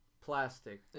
plastic